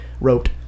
wrote